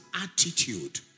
attitude